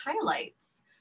Highlights